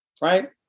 right